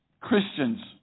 Christians